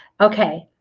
Okay